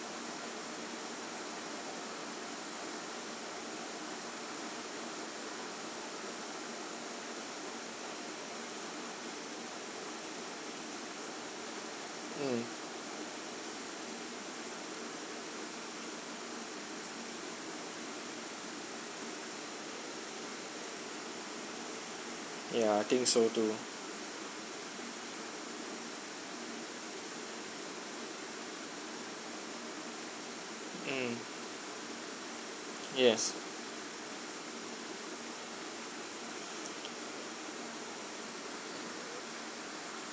mm ya I think so too yes mm